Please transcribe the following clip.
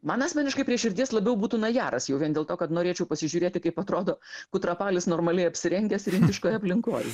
man asmeniškai prie širdies labiau būtų najaras jau vien dėl to kad norėčiau pasižiūrėti kaip atrodo kutrapalis normaliai apsirengęs ir indiškoj aplinkoj